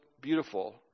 beautiful